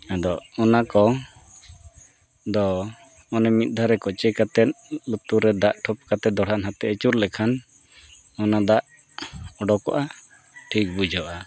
ᱟᱫᱚ ᱚᱱᱟ ᱠᱚᱫᱚ ᱢᱟᱱᱮ ᱢᱤᱫ ᱫᱷᱟᱣ ᱨᱮ ᱠᱚᱪᱮ ᱠᱟᱛᱮᱫ ᱞᱩᱛᱩᱨ ᱨᱮ ᱫᱟᱜ ᱴᱷᱚᱯ ᱠᱟᱛᱮᱫ ᱫᱚᱦᱲᱟ ᱱᱟᱛᱮ ᱟᱹᱪᱩᱨ ᱞᱮᱠᱷᱟᱱ ᱚᱱᱟ ᱫᱟᱜ ᱩᱰᱩᱠᱚᱜᱼᱟ ᱴᱷᱤᱠ ᱵᱩᱡᱷᱟᱹᱜᱼᱟ